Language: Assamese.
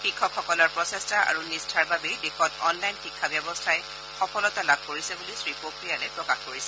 শিক্ষকসকলৰ প্ৰচেষ্টা আৰু নিষ্ঠাৰ বাবেই দেশত অনলাইন শিক্ষা ব্যৱস্থাই সফলতা লাভ কৰিছে বুলিও শ্ৰী পোখৰিয়ালে প্ৰকাশ কৰিছে